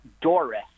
Doris